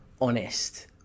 honest